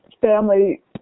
family